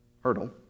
hurdle